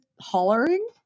hollering